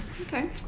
Okay